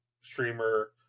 streamer